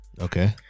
Okay